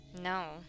no